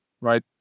right